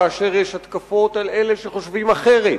כאשר יש התקפות על אלה שחושבים אחרת,